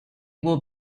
will